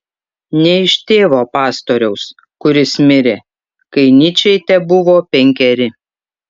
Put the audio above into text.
ne iš tėvo pastoriaus kuris mirė kai nyčei tebuvo penkeri